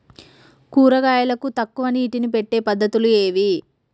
కూరగాయలకు తక్కువ నీటిని పెట్టే పద్దతులు ఏవి?